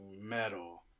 metal